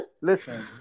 Listen